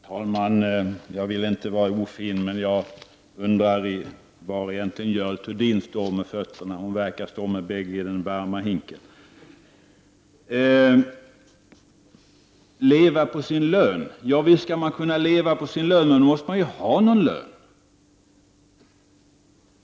Herr talman! Jag vill inte vara ofin, men jag undrar var Görel Thurdin egentligen står med fötterna. Hon verkar stå med bägge fötterna i den varma hinken. Visst måste man kunna leva på sin lön, men för att kunna göra det måste man ju ha någon lön.